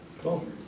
Cool